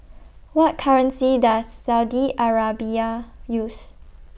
What currency Does Saudi Arabia use